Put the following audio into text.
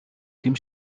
kim